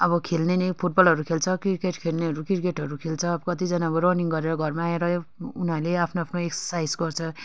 अब खेल्नेले फुटबलहरू खेल्छ क्रिकेट खेल्नेहरू क्रिकेटहरू खेल्छ अब कतिजना अब रनिङ गरेर घरमा आएर उनीहरूले आफ्नो आफ्नो एक्सर्साइस गर्छ